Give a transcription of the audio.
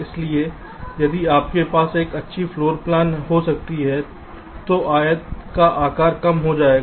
इसलिए यदि आपके पास एक अच्छी फ्लोर प्लान हो सकती है तो आयत का आकार कम हो जाएगा